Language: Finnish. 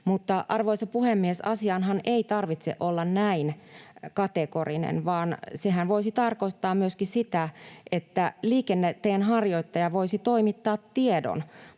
Mutta, arvoisa puhemies, asianhan ei tarvitse olla näin kategorinen, vaan sehän voisi tarkoittaa myöskin sitä, että liikenteenharjoittaja voisi toimittaa tiedon